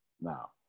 now